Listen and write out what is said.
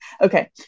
Okay